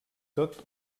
tot